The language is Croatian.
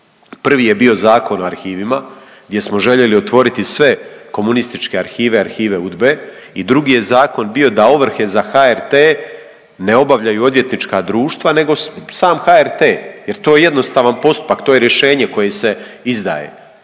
Prvi je bio Zakon o arhivima gdje smo željeli otvoriti sve komunističke arhive, arhive UDBA-e i drugi je zakon bio da ovrhe za HRT ne obavljaju odvjetnička društva nego sam HRT jer to je jednostavan postupak, to je rješenje koje se izdaje.